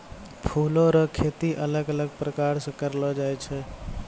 फूलो रो खेती अलग अलग प्रकार से करलो जाय छै